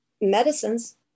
medicines